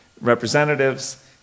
representatives